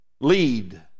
Lead